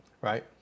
right